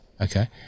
Okay